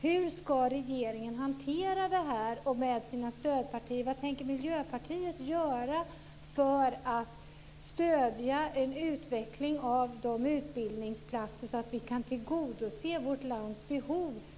Hur ska regeringen hantera det här, med sina stödpartier? Vad tänker Miljöpartiet göra för att stödja en utveckling av de här utbildningsplatserna så att vi kan tillgodose vårt lands behov?